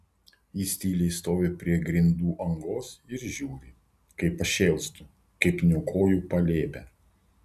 jis tyliai stovi prie grindų angos ir žiūri kaip aš šėlstu kaip niokoju palėpę